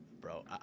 Bro